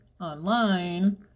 online